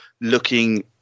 looking